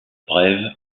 brève